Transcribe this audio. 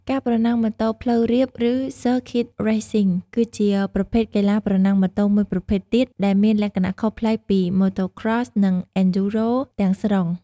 ការប្រណាំងម៉ូតូផ្លូវរាប ឬ ស៊ើរឃីត រេសស៊ីង (Circuit Racing) គឺជាប្រភេទកីឡាប្រណាំងម៉ូតូមួយប្រភេទទៀតដែលមានលក្ខណៈខុសប្លែកពី Motocross និង អេនឌ្យូរ៉ូ (Enduro) ទាំងស្រុង។